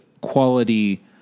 quality